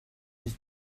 his